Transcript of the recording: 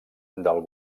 del